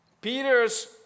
Peter's